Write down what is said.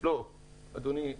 לא אדוני.